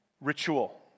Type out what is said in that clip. ritual